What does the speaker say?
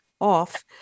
off